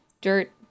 dirt